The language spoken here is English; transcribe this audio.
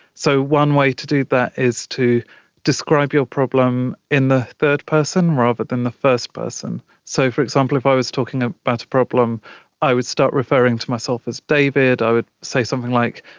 so one way to do that is to describe your problem in the third person rather than the first person. so, for example, if i was talking about a but problem i would start referring to myself as david, i would say something like,